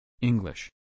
English